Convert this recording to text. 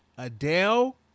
Adele